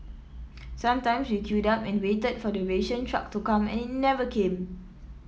sometimes we queued up and waited for the ration truck to come and it never came